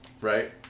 Right